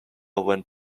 went